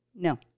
No